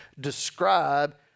describe